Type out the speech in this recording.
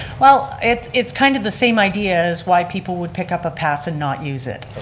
well it's it's kind of the same idea as why people would pick up a pass and not use it.